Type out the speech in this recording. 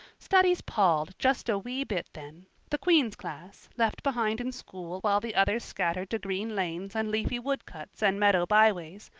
studies palled just a wee bit then the queen's class, left behind in school while the others scattered to green lanes and leafy wood cuts and meadow byways,